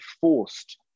forced